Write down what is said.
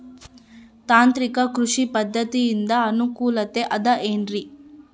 ತಾಂತ್ರಿಕ ಕೃಷಿ ಪದ್ಧತಿಯಿಂದ ಅನುಕೂಲತೆ ಅದ ಏನ್ರಿ?